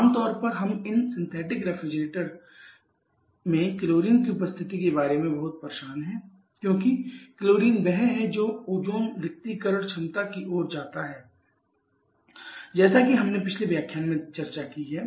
आमतौर पर हम इन सिंथेटिक रेफ्रिजरेट में क्लोरीन की उपस्थिति के बारे में बहुत परेशान हैं क्योंकि क्लोरीन वह है जो ओजोन रिक्तीकरण क्षमता की ओर जाता है जैसा कि हमने पिछले व्याख्यान में चर्चा की है